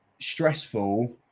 stressful